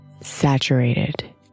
Saturated